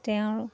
তেওঁৰ